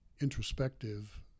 introspective